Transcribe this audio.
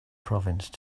province